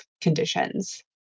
conditions